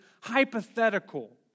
hypothetical